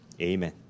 amen